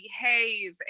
behave